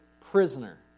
prisoner